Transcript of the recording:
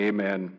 Amen